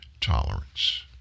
tolerance